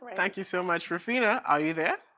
thank you so much, ruphina are you there?